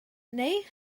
neu